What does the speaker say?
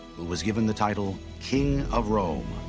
who was given the title, king of rome.